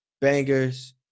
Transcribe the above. bangers